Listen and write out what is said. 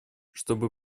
чтобы